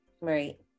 right